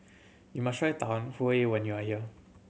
you must try huay when you are here